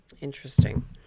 Interesting